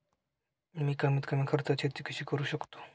मी कमीत कमी खर्चात शेती कशी करू शकतो?